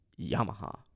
Yamaha